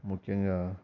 ముఖ్యంగా